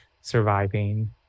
surviving